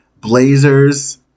Blazers